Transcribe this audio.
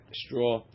straw